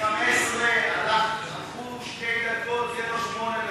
מ-15 הלכו שתי דקות, זה לא שמונה דקות.